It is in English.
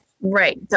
right